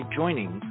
joining